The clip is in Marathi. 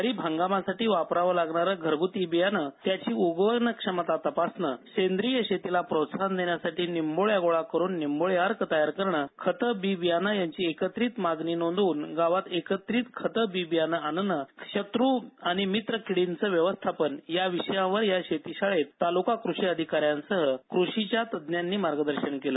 खरीप हंगामासाठी वापरावं लागणारे घरगूती बियाणे त्याची उगवण क्षमता तपासणे सेंद्रीय शेतीला प्रोत्साहन देण्यासाठी निंबोळ्या गोळा करून निंबोळी अर्क तयार करणे खतं बी बीयाणे यांची एकत्रित मागणी नोंदवून गावात एकत्रित खतं बी बियाणे आणणे शत्र आणि मित्र किंडींच व्यवस्थापन या विषयावर या शेती शाळेत तालुका कृषि अधिकाऱ्यांसह क्रषिच्या तज्ज्ञांनी मार्गदर्शन केलं